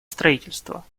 строительства